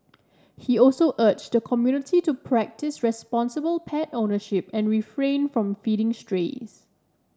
he also urged the community to practise responsible pet ownership and refrain from feeding strays